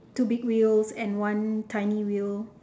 two big wheels and one tiny wheel